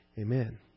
Amen